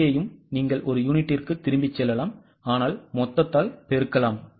இங்கேயும் நீங்கள் ஒரு யூனிட்டுக்குத் திரும்பிச் செல்லலாம் ஆனால் மொத்தத்தால் பெருக்கலாம்